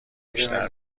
بیشتر